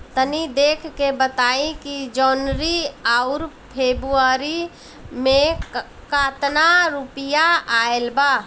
तनी देख के बताई कि जौनरी आउर फेबुयारी में कातना रुपिया आएल बा?